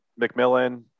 McMillan